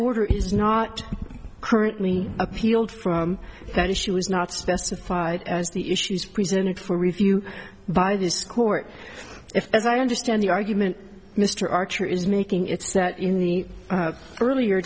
order is not currently appealed from that issue was not specified as the issues presented for review by this court if as i understand the argument mr archer is making it's that in the earlier